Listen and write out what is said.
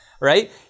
right